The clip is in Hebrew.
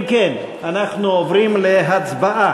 אם כן, אנחנו עוברים להצבעה.